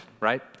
right